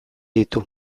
ditu